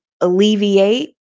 alleviate